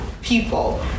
people